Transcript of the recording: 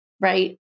right